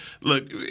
look